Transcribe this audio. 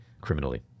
criminally